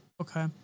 okay